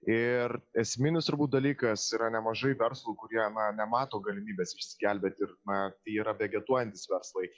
ir esminis dalykas yra nemažai verslų kurie nemato galimybės išsigelbėti ir na yra vegetuojantys verslai